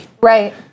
Right